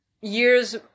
years